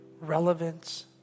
relevance